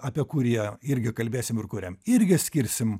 apie kurį irgi kalbėsim ir kuriam irgi skirsim